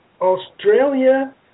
Australia